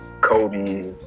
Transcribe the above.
Kobe